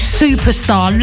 superstar